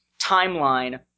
timeline